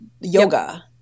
yoga